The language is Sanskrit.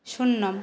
शून्यम्